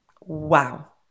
Wow